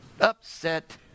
upset